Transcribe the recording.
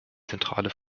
zentrale